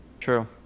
True